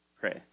pray